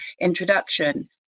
introduction